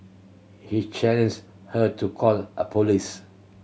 he challenged her to call a police